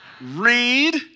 read